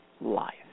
life